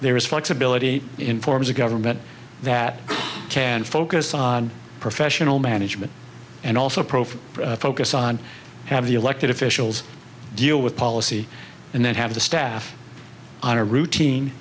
there is flexibility in forms of government that can focus on professional management and also profile focus on have the elected officials deal with policy and then have the staff on a routine